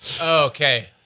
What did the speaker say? Okay